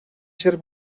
ser